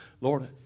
Lord